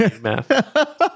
math